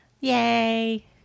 Yay